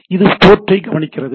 இது போர்ட்டை கவனிக்கிறது